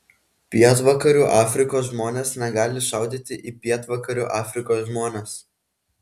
pietvakarių afrikos žmonės negali šaudyti į pietvakarių afrikos žmones